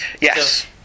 Yes